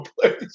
place